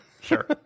Sure